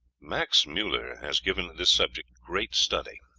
max muller has given this subject great study,